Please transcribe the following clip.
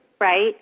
right